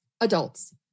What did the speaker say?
Adults